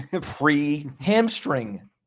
pre-hamstring